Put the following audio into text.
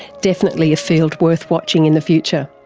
definitely a field worth watching in the future.